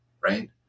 right